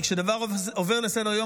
כי כשדבר עובר לסדר-יום,